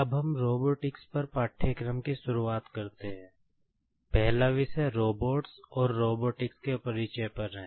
अब हम रोबोटिक्स के परिचय पर है